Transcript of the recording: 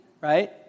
right